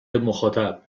مخاطب